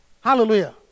Hallelujah